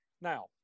Now